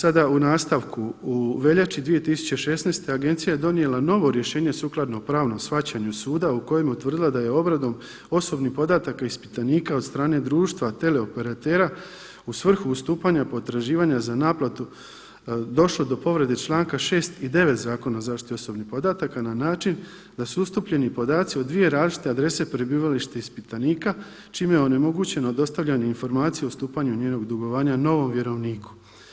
Sada u nastavku u veljači 2016., agencija je donijela novo rješenje sukladno pravnom shvaćanju suda u kojem je utvrdila da je obradom osobnih podataka ispitanika od strane društva teleoperatera u svrhu ustupanja potraživanja za naplatu došlo do povrede članka 6. i 9. Zakona o zaštiti osobnih podataka na način da su ustupljeni podaci o dvije različite adrese prebivalište ispitanika čime je onemogućeno dostavljanje informacije o stupanju njenog dugovanja novom vjerovniku.